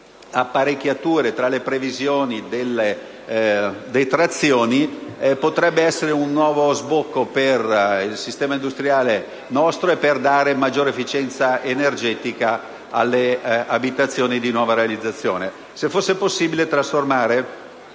apparecchiature tra le previsioni delle detrazioni, potrebbe essere un nuovo sbocco per il nostro sistema industriale e per dare maggiore efficienza energetica alle abitazioni di nuova realizzazione. Pertanto, chiediamo la